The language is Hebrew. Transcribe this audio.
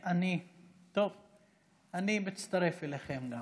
אני מצטרף אליכם.